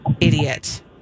idiot